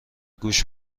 گوش